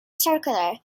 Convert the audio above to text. circular